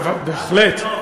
בהחלט.